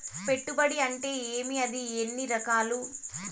పెట్టుబడి అంటే ఏమి అది ఎన్ని రకాలు